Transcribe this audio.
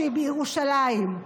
שהיא בירושלים.